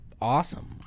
awesome